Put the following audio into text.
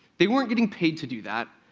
they weren't getting paid to do that.